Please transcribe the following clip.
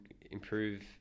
improve